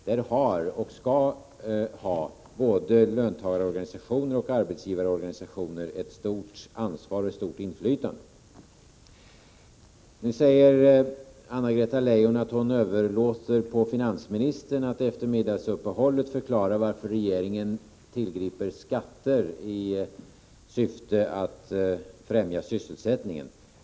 Där har — och det skall de ha — både löntagarorganisationer och arbetsgivarorganisationer ett stort ansvar och ett stort inflytande. Nu säger Anna-Greta Leijon att hon överlåter till finansministern att efter middagsuppehållet förklara varför regeringen tillgriper skatter i syfte att främja sysselsättningen.